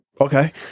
Okay